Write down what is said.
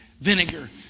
vinegar